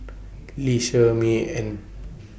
Lee Shermay and